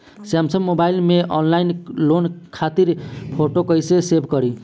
Samsung mobile में online loan खातिर photo कैसे सेभ करीं?